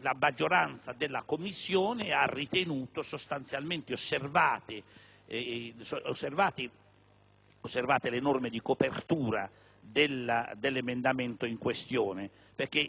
La maggioranza della Commissione ha ritenuto sostanzialmente osservate le norme di copertura dell'emendamento in questione.